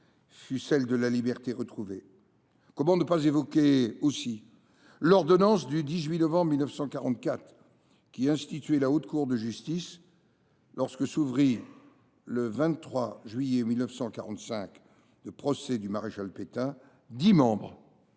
fut celle de la liberté retrouvée. Comment ne pas évoquer également l’ordonnance du 18 novembre 1944 qui institua la Haute Cour de justice ? Lorsque s’ouvrit le 23 juillet 1945 le procès du maréchal Pétain, dix membres